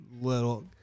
little